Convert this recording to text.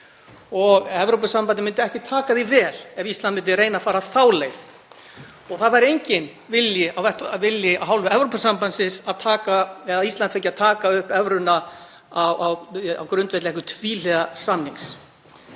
og Evrópusambandið myndi ekki taka því vel ef Ísland myndi reyna að fara þá leið. Það væri enginn vilji af hálfu Evrópusambandsins til að Ísland fengi að taka upp evruna á grundvelli einhvers tvíhliða samnings.